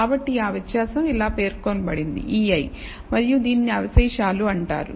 కాబట్టి ఆ వ్యత్యాసం ఇలా పేర్కొనబడింది ei మరియు దీనిని అవశేషాలు అంటారు